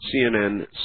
CNN